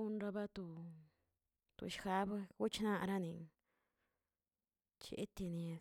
onrabato toshjab wchanaranin cheteni.